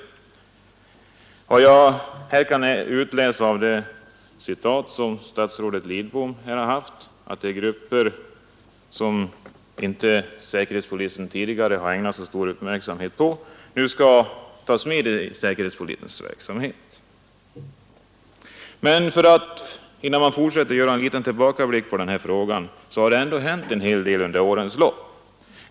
Såvitt jag kan utläsa av citatet i statsrådets Lidboms svar skall de grupper som säkerhetspolisen inte tidigare ägnat så stor uppmärksamhet nu tas med i säkerhetspolisens verksamhet. Innan jag går vidare skall jag göra en liten tillbakablick, och jag kan konstatera att det hänt en del under årens lopp.